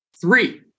Three